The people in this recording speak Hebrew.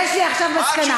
יש לי עכשיו מסקנה.